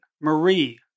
Marie